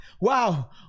wow